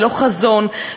ללא חזון,